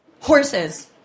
Horses